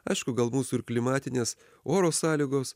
aišku gal mūsų ir klimatinės oro sąlygos